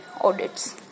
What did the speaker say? audits